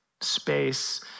space